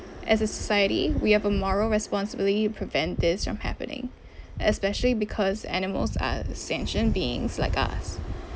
as a society we have a moral responsibility to prevent this from happening especially because animals are sentient beings like us